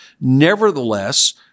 Nevertheless